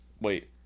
Wait